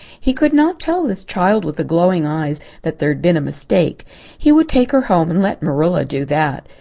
he could not tell this child with the glowing eyes that there had been a mistake he would take her home and let marilla do that.